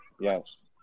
Yes